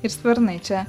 ir skvernai čia